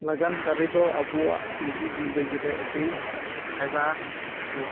ᱞᱟᱜᱟᱱ ᱠᱟᱹᱨᱤ ᱫᱚ ᱟᱵᱚᱣᱟᱜ ᱱᱤᱡᱮ ᱡᱤᱱᱫᱮᱜᱤ ᱨᱮ ᱟᱹᱰᱤ ᱯᱷᱟᱭᱫᱟ ᱟᱹᱜᱩ ᱠᱟᱫᱟ